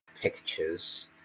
pictures